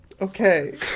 Okay